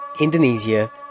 Indonesia